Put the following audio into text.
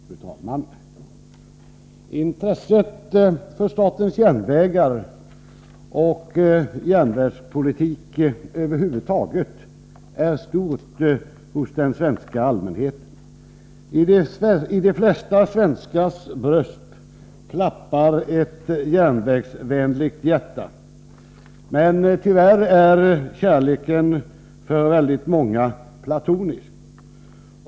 Fru talman! Intresset för statens järnvägar och järnvägspolitik över huvud taget är stort hos den svenska allmänheten. I de flesta svenskars bröst klappar ett järnvägsvänligt hjärta. Men tyvärr är kärleken för väldigt många platonisk.